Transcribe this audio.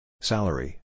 Salary